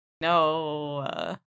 No